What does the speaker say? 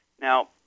Now